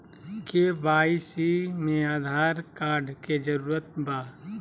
KYC में Aadhaar card के जरूरत बा?